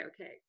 okay